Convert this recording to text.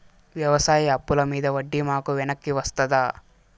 వ్యవసాయ అప్పుల మీద వడ్డీ మాకు వెనక్కి వస్తదా?